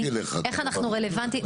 איך אנחנו רלוונטיים,